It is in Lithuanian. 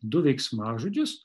du veiksmažodžius